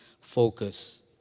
focus